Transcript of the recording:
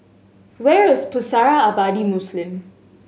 where is Pusara Abadi Muslim